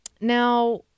Now